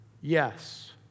Yes